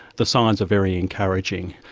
the signs are very encouraging.